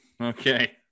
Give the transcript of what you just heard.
Okay